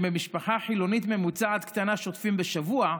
שבמשפחה חילונית ממוצעת קטנה שוטפים בשבוע,